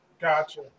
Gotcha